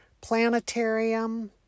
planetarium